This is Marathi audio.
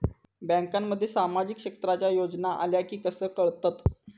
बँकांमध्ये सामाजिक क्षेत्रांच्या योजना आल्या की कसे कळतत?